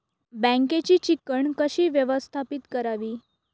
बँकेची चिकण कशी व्यवस्थापित करावी?